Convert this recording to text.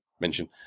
mention